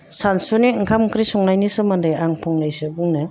सानसुनि ओंखाम ओंख्रि संनायनि सोमोन्दै आं फंनैसो बुंनो